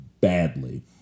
badly